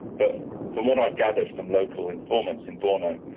but from what i've gathered from local informants in borno,